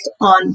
on